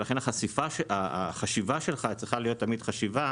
לכן, החשיבה שלך צריכה להיות תמיד חשיבה